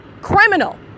criminal